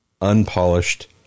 unpolished